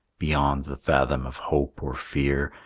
beyond the fathom of hope or fear,